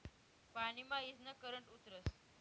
पानी मा ईजनं करंट उतरस